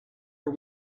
are